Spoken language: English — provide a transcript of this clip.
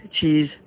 Cheese